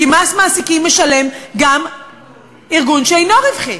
כי מס מעסיקים משלם גם ארגון שאינו רווחי,